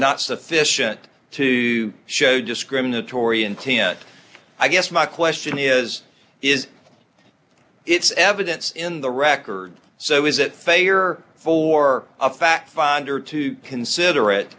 not sufficient to show discriminatory in kenya i guess my question is is it's evidence in the record so is it failure for a fact finder to consider